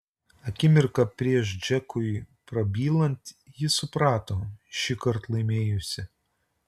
akimirką prieš džekui prabylant ji suprato šįkart laimėjusi